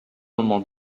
moments